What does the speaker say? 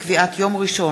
הצעת חוק לקביעת יום ראשון